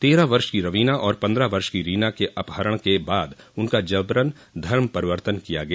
तेरह वर्ष की रवीना और पन्द्रह वर्ष की रीना के अपहरण के बाद उनका जबरन धर्म परिवर्तन किया गया